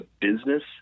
business